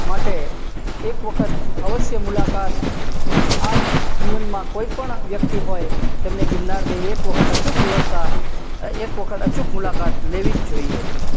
માટે એક વખત અવશ્ય મુલાકાત આ જીવનમાં કોઈપણ વ્યક્તિ હોય તેમને ગિરનારની એક વખત અચૂક વ્યવસ્થા એક વખત અચૂક મુલાકાત લેવી જ જોઈએ